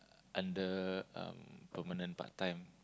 under um permanent part time